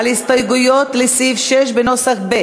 על הסתייגות לסעיף 6 בנוסח ב'.